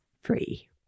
free